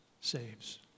saves